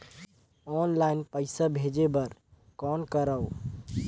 Online पईसा भेजे बर कौन करव?